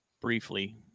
briefly